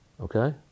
Okay